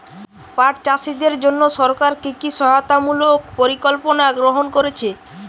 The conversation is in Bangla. পাট চাষীদের জন্য সরকার কি কি সহায়তামূলক পরিকল্পনা গ্রহণ করেছে?